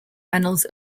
annals